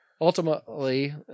Ultimately